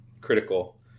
critical